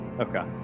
Okay